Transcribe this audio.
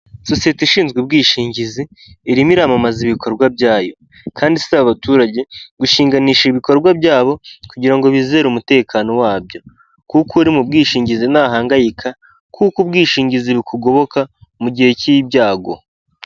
Sosiyete ishinzwe ubwishingizi, irimo iramamaza ibikorwa byayo kandi isaba abaturage gushinganisha ibikorwa byabo kugira ngo bizere umutekano wabyo kuko uri mu bwishingizi ntahangayika kuko ubwishingizi bukugoboka mu gihe cy'ibyago.